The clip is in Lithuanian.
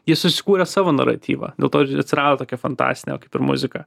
jie susikūrė savo naratyvą dėl to ir atsirado tokia fantastinė kaip ir muzika